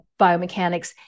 biomechanics